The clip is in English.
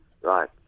right